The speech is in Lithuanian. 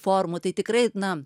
formų tai tikrai na